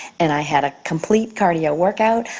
and i had a complete cardio workout.